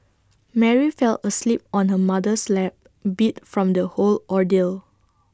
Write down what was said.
Mary fell asleep on her mother's lap beat from the whole ordeal